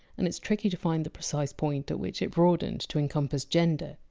and it! s tricky to find the precise point at which it broadened to encompass gender,